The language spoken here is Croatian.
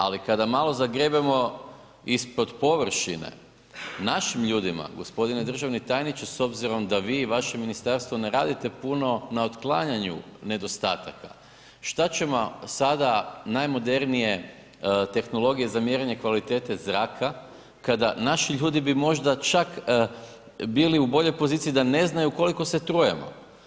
Ali kada malo zagrebemo ispod površine našim ljudima gospodine državni tajniče s obzirom da vi i vaše ministarstvo ne radite puno na otklanjanju nedostataka šta će vam sada najmodernije tehnologije za mjerenje kvalitete zraka kada naši ljudi bi možda čak bili u boljoj poziciji da ne znaju koliko se trujemo.